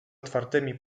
otwartymi